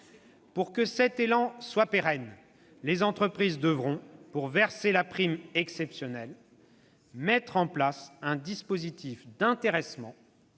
Pour que cet élan soit pérenne, les entreprises devront, pour verser la prime exceptionnelle, mettre en place un dispositif d'intéressement